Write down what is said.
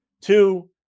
Two